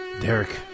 Derek